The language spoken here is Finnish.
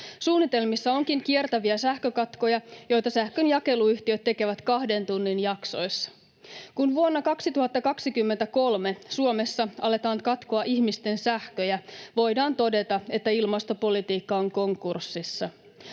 Suunnitelmissa onkin kiertäviä sähkökatkoja, joita sähkönjakeluyhtiöt tekevät kahden tunnin jaksoissa. Kun vuonna 2023 Suomessa aletaan katkoa ihmisten sähköjä, voidaan todeta, että ilmastopolitiikka on konkurssissa.